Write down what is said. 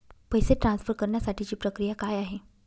पैसे ट्रान्सफर करण्यासाठीची प्रक्रिया काय आहे?